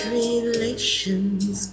relations